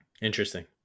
Interesting